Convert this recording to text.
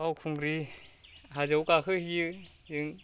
बावखुंग्रि हाजोआव गाखोहैयो जों